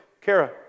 Kara